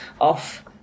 off